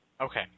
Okay